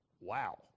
wow